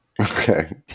Okay